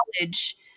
knowledge